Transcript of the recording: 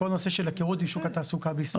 כל הנושא של היכרות עם שוק התעסוקה בישראל.